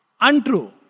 Untrue